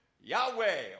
Yahweh